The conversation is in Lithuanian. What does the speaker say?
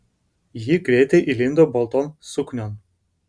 ji greitai įlindo balton suknion